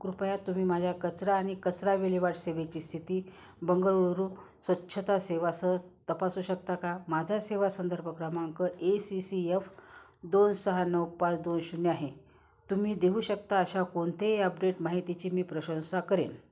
कृपया तुम्ही माझ्या कचरा आणि कचरा विल्हेवाट सेवेची स्थिती बंगळुरू स्वच्छता सेवेसह तपासू शकता का माझा सेवा संदर्भ क्रमांक ए सी सी एफ दोन सहा नऊ पाच दोन शून्य आहे तुम्ही देऊ शकता अशा कोणत्याही अपडेट माहितीची मी प्रशंसा करेन